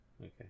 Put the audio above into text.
okay